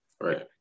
right